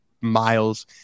miles